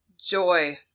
Joy